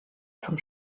zum